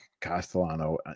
castellano